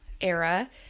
era